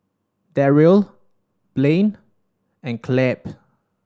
Darryle Blain and Clabe